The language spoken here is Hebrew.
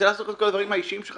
רוצה לעשות את כל הדברים האישיים שלך